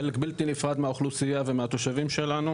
חלק בלתי נפרד מהאוכלוסייה ומהתושבים שלנו.